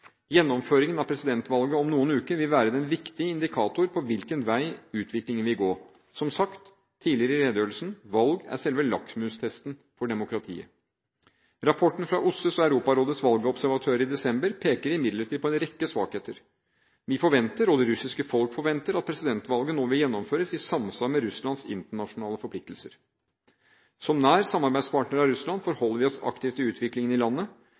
Gjennomføringen av presidentvalget om noen uker vil være en viktig indikator for hvilken vei utviklingen vil gå. Som sagt tidligere i redegjørelsen: Valg er selve lakmustesten på demokratiet. Rapporten fra OSSEs og Europarådets valgobservatører i desember peker imidlertid på en rekke svakheter. Vi forventer – og det russiske folk forventer – at presidentvalget nå vil gjennomføres i samsvar med Russlands internasjonale forpliktelser. Som nær samarbeidspartner av Russland forholder vi oss aktivt til utviklingen i landet: